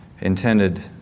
intended